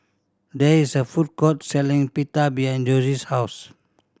there is a food court selling Pita behind Jossie's house